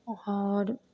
आओर